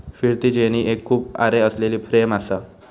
फिरती जेनी एक खूप आरे असलेली फ्रेम असा